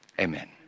Amen